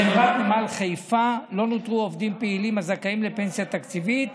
בחברת נמל חיפה לא נותרו עובדים פעילים הזכאים לפנסיה תקציבית